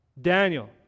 Daniel